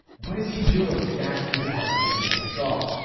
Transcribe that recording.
what is he doing. that is the question that unites us all.